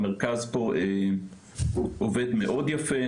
המרכז פה עובד מאוד יפה,